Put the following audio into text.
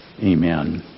Amen